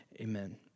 Amen